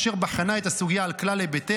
אשר בחנה את הסוגיה על כלל היבטיה,